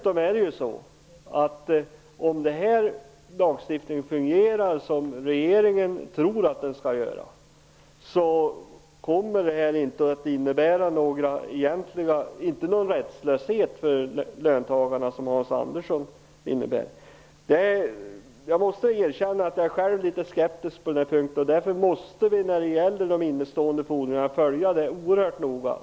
Om den här lagstiftningen fungerar så som regeringen tror att den skall göra, kommer det inte att innebära någon egentlig rättslöshet för löntagarna, som Hans Andersson säger. Jag måste erkänna att jag själv är litet skeptisk på den här punkten. När det gäller de innestående fordringarna måste vi följa upp dem oerhört noga.